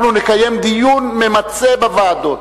אנחנו נקיים דיון ממצה בוועדות.